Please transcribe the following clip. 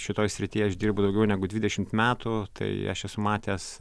šitoj srity aš dirbu daugiau negu dvidešimt metų tai aš esu matęs